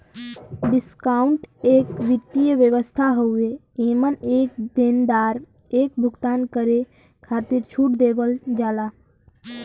discounting एक वित्तीय व्यवस्था हउवे एमन एक देनदार एक भुगतान करे खातिर छूट देवल जाला